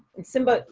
and simba.